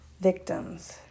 victims